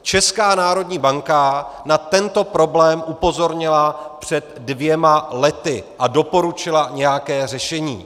Česká národní banka na tento problém upozornila před dvěma lety a doporučila nějaké řešení.